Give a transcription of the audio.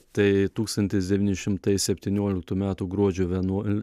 tai tūkstantis devyni šimtai septynioliktų metų gruodžio vienuol